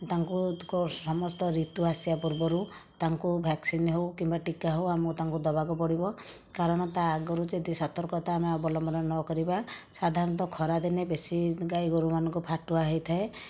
ତାଙ୍କୁ ସମସ୍ତ ଋତୁ ଆସିବା ପୂର୍ବରୁ ତାଙ୍କୁ ଭ୍ୟାକ୍ସିନ ହେଉ କିମ୍ବା ଟୀକା ହେଉ ଆମକୁ ତାଙ୍କୁ ଦେବାକୁ ପଡ଼ିବ କାରଣ ତା ଆଗରୁ ଯଦି ସତର୍କତା ଆମେ ଅବଲମ୍ବନ ନ କରିବା ସାଧାରଣତଃ ଖରା ଦିନେ ବେଶୀ ଗାଈ ଗୋରୁମାନଙ୍କୁ ଫାଟୁଆ ହୋଇଥାଏ